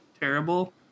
terrible